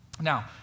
Now